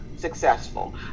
Successful